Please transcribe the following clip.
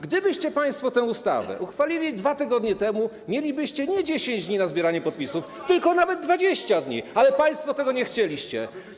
Gdybyście państwo tę ustawę uchwalili 2 tygodnie temu, mielibyście nie 10 dni na zbieranie podpisów, a nawet 20 dni, ale państwo tego nie chcieliście.